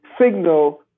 signal